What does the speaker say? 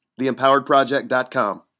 theempoweredproject.com